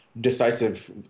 decisive